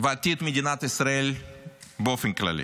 ולעתיד מדינת ישראל באופן כללי.